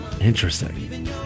Interesting